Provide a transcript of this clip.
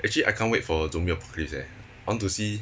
actually I can't wait for zombie apocalypse eh I want to see